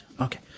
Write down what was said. Okay